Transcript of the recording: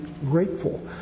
grateful